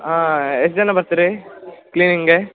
ಹಾಂ ಎಷ್ಟು ಜನ ಬರ್ತೀರಿ ಕ್ಲೀನಿಂಗೆ